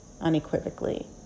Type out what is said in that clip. unequivocally